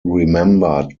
remembered